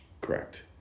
Correct